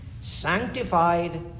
sanctified